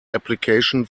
application